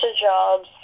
jobs